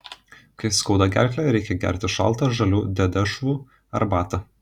kai skauda gerklę reikia gerti šaltą žalių dedešvų arbatą